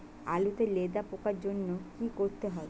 আলুতে লেদা পোকার জন্য কি করতে হবে?